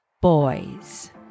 boys